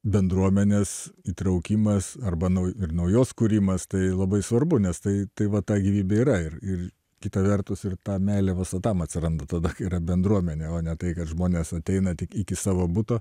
bendruomenės įtraukimas arba nau ir naujos kūrimas tai labai svarbu nes tai tai va ta gyvybė yra ir ir kita vertus ir ta meilė pastatam atsiranda tada kai yra bendruomenė o ne tai kad žmonės ateina tik iki savo buto